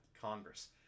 Congress